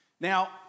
Now